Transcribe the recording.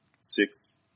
six